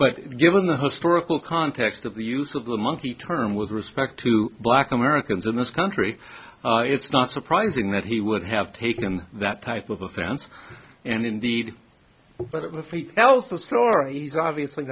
but given the historical context of the use of the monkey term with respect to black americans in this country it's not surprising that he would have taken that type of offense and indeed tells the story he's obviously